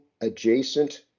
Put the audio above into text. adjacent